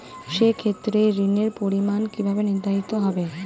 সে ক্ষেত্রে ঋণের পরিমাণ কিভাবে নির্ধারিত হবে?